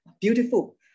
beautiful